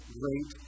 great